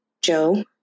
Joe